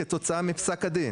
כתוצאה מפסק הדין.